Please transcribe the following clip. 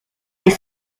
est